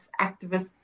activists